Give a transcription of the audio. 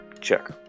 Check